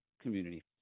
community